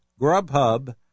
grubhub